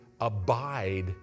abide